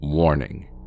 Warning